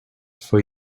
for